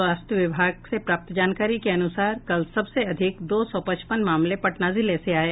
स्वास्थ विभाग से प्राप्त जानकारी के अनुसार कल सबसे अधिक दो सौ पचपन मामले पटना जिले से आये